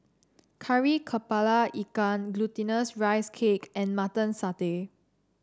Kari kepala Ikan Glutinous Rice Cake and Mutton Satay